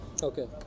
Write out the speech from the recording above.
Okay